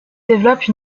développe